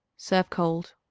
serve cold.